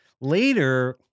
Later